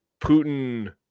Putin